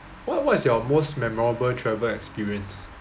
what what is your most memorable travel experience